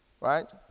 right